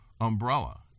umbrella